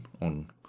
on